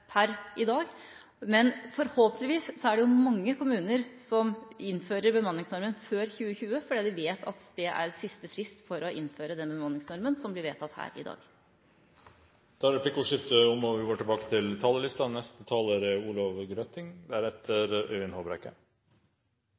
per i dag. Men forhåpentligvis er det mange kommuner som innfører bemanningsnormen før 2020, fordi de vet at det er siste frist for å innføre den bemanningsnormen som blir vedtatt her i dag. Replikkordskiftet er omme. I dag tar alle småbarnsforeldre det som en selvfølge at så snart permisjonstiden er